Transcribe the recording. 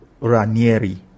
Ranieri